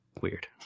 weird